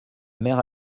mère